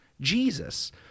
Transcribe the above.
Jesus